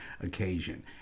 occasion